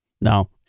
No